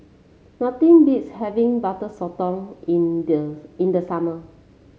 nothing beats having Butter Sotong in the in the summer